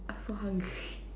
I'm so hungry